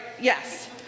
yes